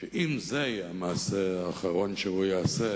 שאם זה יהיה המעשה האחרון שהוא יעשה,